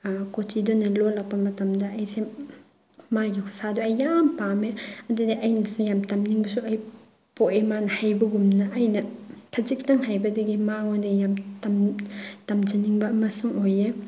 ꯀꯣꯆꯤꯗꯨꯅ ꯂꯣꯟꯂꯛꯄ ꯃꯇꯝꯗ ꯑꯩꯁꯦ ꯃꯥꯒꯤ ꯈꯨꯁꯥꯗꯣ ꯑꯩ ꯌꯥꯝ ꯄꯥꯝꯃꯦ ꯑꯗꯨꯅꯦ ꯑꯩꯅꯁꯨ ꯌꯥꯝ ꯇꯝꯅꯤꯡꯕꯁꯨ ꯑꯩ ꯄꯣꯛꯑꯦ ꯃꯥꯅ ꯍꯩꯕꯒꯨꯝꯅ ꯑꯩꯅ ꯈꯖꯤꯛꯇꯪ ꯍꯩꯕꯗꯒꯤ ꯃꯉꯣꯟꯗ ꯌꯥꯝ ꯇꯝꯖꯅꯤꯡꯕ ꯑꯃꯁꯨ ꯑꯣꯏ